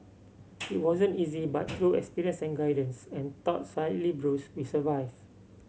it wasn't easy but through experience and guidance and though slightly bruised we survive